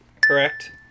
Correct